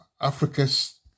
Africa's